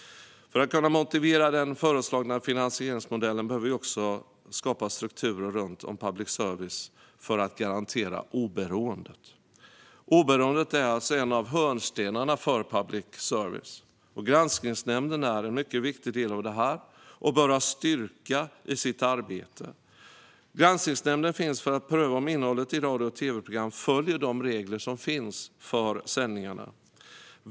För att kunna motivera den föreslagna finansieringsmodellen behöver vi också skapa strukturer runt public service för att garantera oberoendet. Oberoendet är en av hörnstenarna för public service. Granskningsnämnden är en mycket viktig del av det och bör ha styrka i sitt arbete. Granskningsnämnden finns för att pröva om innehållet i radio och tv-program följer de regler som finns för sändningarna.